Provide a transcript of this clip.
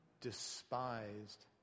despised